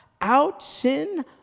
out-sin